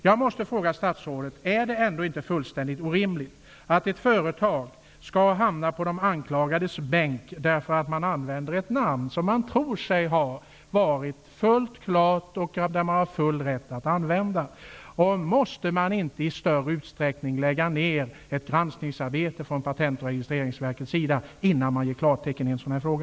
Jag måste fråga statsrådet: Är det inte fullständigt orimligt att ett företag skall hamna på de anklagades bänk därför att det använder ett namn vilket man har fått registrerat och därmed tror sig ha full rätt att använda? Måste man inte i större utsträckning lägga ned ett granskningsarbete från Patent och registreringsverkets sida innan man ger klartecken i en sådan här fråga?